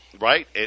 Right